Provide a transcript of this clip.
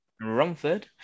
Romford